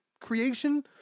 creation